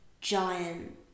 giant